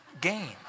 game